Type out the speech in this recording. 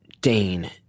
Dane